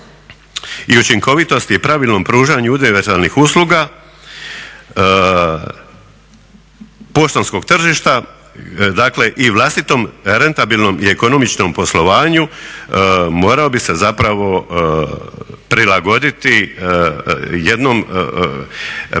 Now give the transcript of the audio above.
i učinkovitosti i pravilnom pružanju univerzalnih usluga poštanskog tržišta, dakle i vlastitom rentabilnom i ekonomičnom poslovanju morao bi se zapravo prilagoditi jednom prirođenom